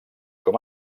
com